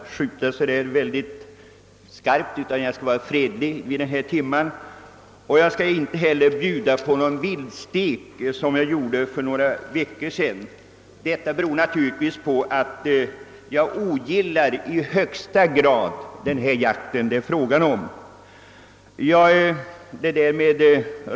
Herr talman! Det har ju blivit vanligt att vi måste jaga en liten stund, men det är ju inte rätta tiden på dygnet när vi har nått så här långt fram på kvällstimmarna. Då jag emellertid är motionär i den fråga som nu behandlas i tredje lagutskottets utlåtande nr 21 och som gäller jakten på hornbärande råbock, ber jag att få säga några ord. Men först skall jag lova att jag inte skall skjuta skarpt, utan att jag skall uppträda fredligt vid denna sena timme. Jag skall inte heller bjuda på någon viltstek som jag gjorde för några veckor sedan. Detta beror naturligtvis på att jag i högsta grad ogillar den jakt det här är fråga om.